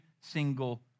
single